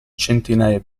centinaia